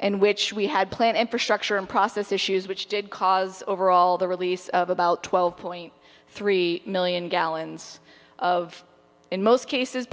and which we had planned infrastructure and process issues which did cause overall the release of about twelve point three million gallons of in most cases